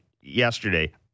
yesterday